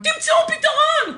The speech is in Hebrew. תמצאו פתרון.